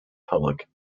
public